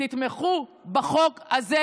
תתמכו בחוק הזה.